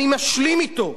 אני משלים אתו.